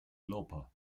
lauper